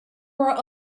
were